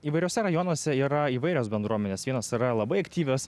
įvairiuose rajonuose yra įvairios bendruomenės vienos yra labai aktyvios